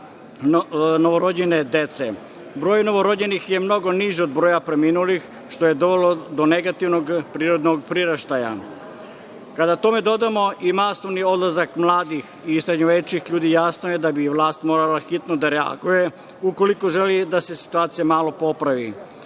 novorođene dece. Broj novorođenih je mnogo niži od broja preminulih, što je dovelo do negativnog prirodnog priraštaja. Kada tome dodamo i masovni odlazak mladih i sredovečnih ljudi, jasno je da bi vlast morala hitno da reaguje ukoliko želi da se situacija malo popravi.